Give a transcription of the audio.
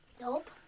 Nope